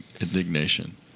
indignation